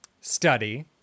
study